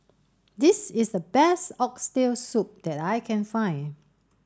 this is the best oxtail soup that I can find